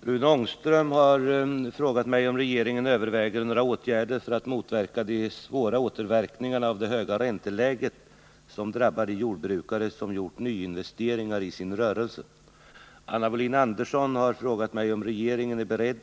Herr talman! Rune Ångström har frågat mig om regeringen överväger några åtgärder för att motverka de svåra återverkningarna av det höga ränteläget som drabbar de jordbrukare som gjort nyinvesteringar i sin rörelse. Anna Wohlin-Andersson har frågat mig om regeringen är beredd